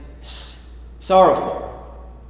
sorrowful